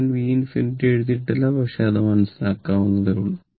ഞാൻ v∞ എഴുതിയിട്ടില്ല പക്ഷേ അത് മനസ്സിലാക്കാവുന്നതേയുള്ളൂ